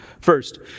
First